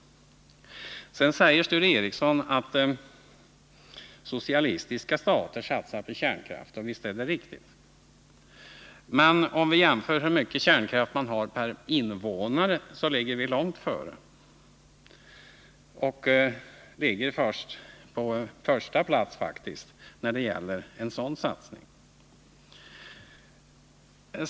Sedan säger Sture Ericson att socialistiska stater satsar på kärnkraft, och visst är det riktigt. Men om vi jämför hur mycket kärnkraft man har per invånare finner vi att Sverige ligger långt före — vi ligger på första plats.